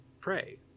prey